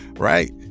Right